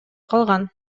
калган